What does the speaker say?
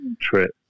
trip